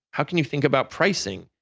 how can you think about pricing?